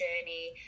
journey